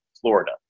Florida